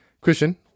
Christian